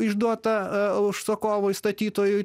išduota užsakovui statytojui